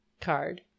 card